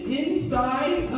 inside